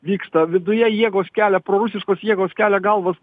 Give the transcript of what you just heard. vyksta viduje jėgos kelia prorusiškos jėgos kelia galvas